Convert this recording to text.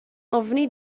ofni